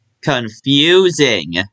confusing